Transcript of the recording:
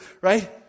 right